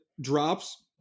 drops